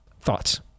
Thoughts